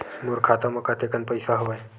मोर खाता म कतेकन पईसा हवय?